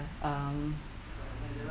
um